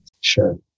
Sure